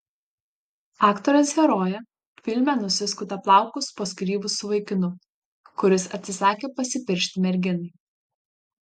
aktorės herojė filme nusiskuta plaukus po skyrybų su vaikinu kuris atsisakė pasipiršti merginai